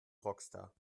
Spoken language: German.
rockstar